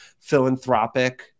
philanthropic